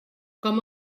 com